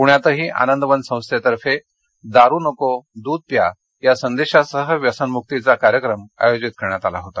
पुण्यातही आनंदवन संस्थेतर्फे दारु नको दूध प्या या संदेशासह व्यसनमुक्तीचा कार्यक्रम आयोजित करण्यात आला होता